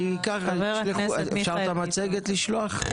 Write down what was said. אני אקרא, אפשר את המצגת לשלוח?